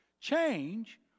change